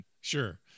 Sure